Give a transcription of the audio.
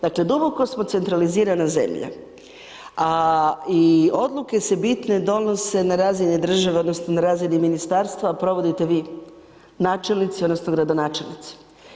Dakle, duboko smo centralizirana zemlja, a i odluke se bitne donose na razine države odnosno na razini Ministarstva, provodite vi načelnici odnosno gradonačelnici.